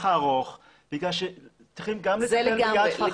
הארוך בגלל שצריכים גם לטפל ביד חנה --- זה לגמרי,